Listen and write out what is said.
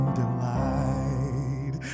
delight